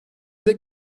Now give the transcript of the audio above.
dek